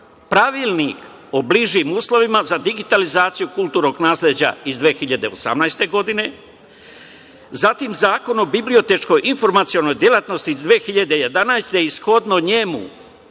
Pravilnik o bližim uslovima za digitalizaciju kulturnog nasleđa iz 2018. godine, zatim, Zakon o bibliotečko-informacionoj delatnosti iz 2011. godine i shodno njemu